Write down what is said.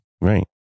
Right